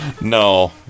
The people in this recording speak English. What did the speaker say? No